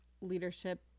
leadership